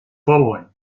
following